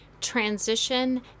transition